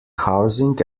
housing